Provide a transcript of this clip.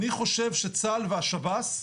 אני חושב שצה"ל והשב"ס,